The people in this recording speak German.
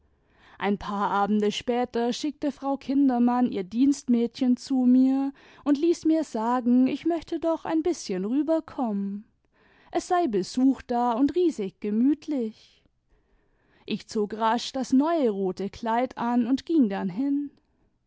ein paar abende später schickte frau kindermann ihr dienstmädchen zu mir und ließ mir sslgen ich möchte doch ein bißchen rüberkommen es sei besuch da und riesig gemütlich ich zog rasch das neue rote kleid an und ging dann hin